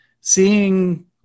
seeing